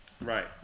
Right